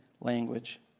language